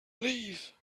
live